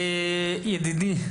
ידידי,